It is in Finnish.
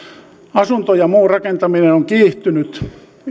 asunto ja muu rakentaminen on kiihtynyt